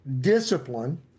discipline